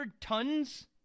tons